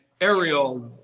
Ariel